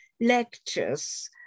lectures